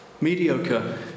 Mediocre